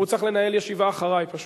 הוא צריך לנהל ישיבה אחרי, פשוט.